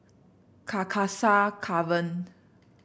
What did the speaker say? Carcasa Convent